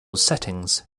settings